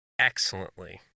Excellently